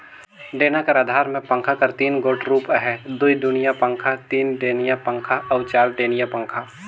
डेना कर अधार मे पंखा कर तीन गोट रूप अहे दुईडेनिया पखा, तीनडेनिया पखा अउ चरडेनिया पखा